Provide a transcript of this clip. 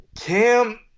Cam